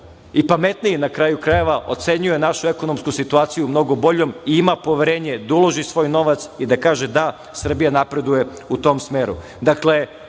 i pametniji na kraju krajeva, ocenjuje našu ekonomsku situaciju, mnogo boljom i ima poverenje, duži svoj novac i da kaže – da, Srbija napreduje u tom smeru.